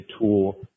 tool